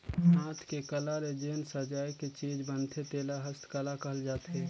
हाथ के कला ले जेन सजाए के चीज बनथे तेला हस्तकला कहल जाथे